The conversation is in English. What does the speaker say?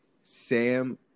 Sam